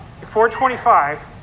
425